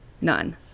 None